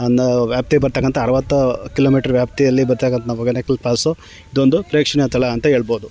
ವನ್ನು ವ್ಯಾಪ್ತಿಗೆ ಬರತಕ್ಕಂಥ ಅರವತ್ತು ಕಿಲೋಮೀಟ್ರ್ ವ್ಯಾಪ್ತಿಯಲ್ಲಿ ಬರತಕ್ಕಂತಹ ಹೊಗೇನಕಲ್ ಫಾಲ್ಸು ಇದೊಂದು ಪ್ರೇಕ್ಷಣೀಯ ಸ್ಥಳ ಅಂತ ಹೇಳ್ಬೋದು